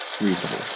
reasonable